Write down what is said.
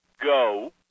go